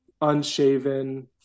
unshaven